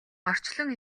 орчлон